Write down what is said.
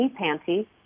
panty